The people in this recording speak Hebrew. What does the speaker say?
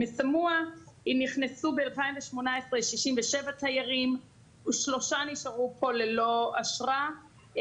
מסמואה נכנסו ב- 2018 67 תיירים ושלושה נשארו פה ללא אשרה,